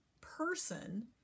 person